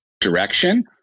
direction